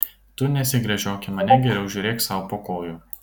tu nesigręžiok į mane geriau žiūrėk sau po kojų